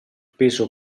peso